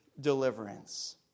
deliverance